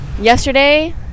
Yesterday